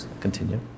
Continue